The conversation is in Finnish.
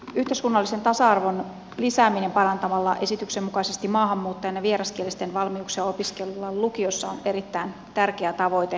yhteiskunnallisen tasa arvon lisääminen parantamalla esityksen mukaisesti maahanmuuttajien ja vieraskielisten valmiuksia opiskella lukiossa on erittäin tärkeä tavoite